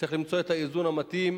וצריך למצוא את האיזון המתאים.